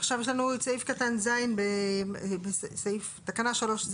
עכשיו יש לנו את סעיף קטן (ז) בתקנה (3),